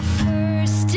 first